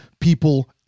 people